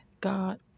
God